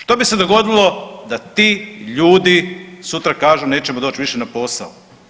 Što bi se dogodilo da ti ljudi sutra kažu nećemo doći više na posao?